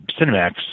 Cinemax